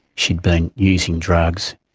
she had been using drugs,